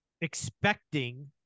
expecting